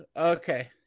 Okay